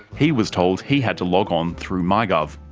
he was told he had to log on through mygov.